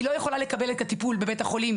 היא לא יכולה לקבל את הטיפול בבית החולים